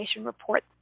Report